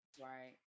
right